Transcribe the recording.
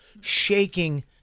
Shaking